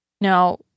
Now